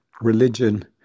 religion